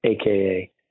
AKA